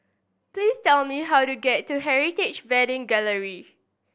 please tell me how to get to Heritage Wedding Gallery